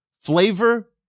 flavor